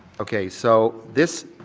okay, so this,